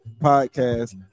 Podcast